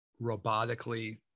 robotically